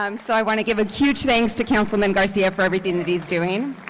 um so i want to give a huge thanks to councilman garcia for everything that he's doing.